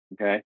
Okay